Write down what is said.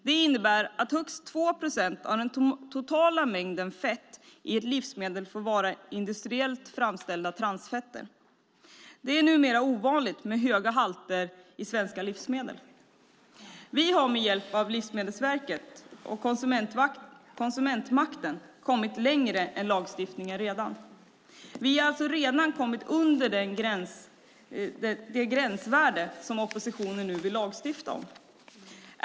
Det innebär att högst 2 procent av den totala mängden fett i ett livsmedel får vara industriellt framställda transfetter. Det är numera ovanligt med höga halter i svenska livsmedel. Vi har med hjälp av Livsmedelsverket och konsumentmakten redan kommit längre än lagstiftningen. Vi har alltså redan kommit under det gränsvärde som oppositionen nu vill lagstifta om.